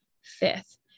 fifth